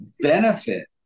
benefit